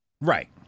Right